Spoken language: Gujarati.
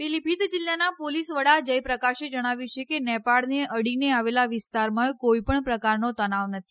પીલભીત જિલ્લાના પોલીસ વડા જયપ્રકાશે જણાવ્યું છે કે નેપાળને અડીને આવેલા વિસ્તારમાં કોઈપણ પ્રકારનો તનાવ નથી